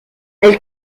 elle